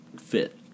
fit